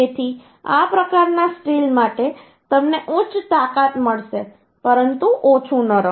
તેથી આ પ્રકારના સ્ટીલ માટે તમને ઉચ્ચ તાકાત મળશે પરંતુ ઓછું નરમ